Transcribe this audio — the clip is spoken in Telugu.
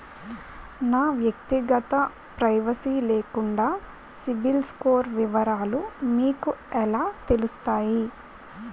నా వ్యక్తిగత ప్రైవసీ లేకుండా సిబిల్ స్కోర్ వివరాలు మీకు ఎలా తెలుస్తాయి?